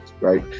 right